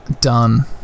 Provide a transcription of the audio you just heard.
done